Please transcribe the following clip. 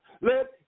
Let